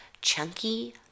chunky